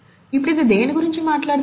ఇప్పుడు ఇది దేని గురించి మాట్లాడుతుంది